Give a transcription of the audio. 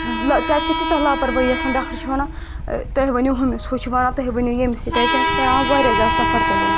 تتہِ چھِ تیٖژاہ لاپروٲہی آسان ڈاکٹر چھِ ونان تُہۍ ؤنِو ہُمِس ہُہ چھُ ونان تُہۍ ؤنِو ییٚمِس ییٚتہِ حظ چھُ اسہِ پٮ۪وان واریاہ زیادٕ سفڑ تُلُن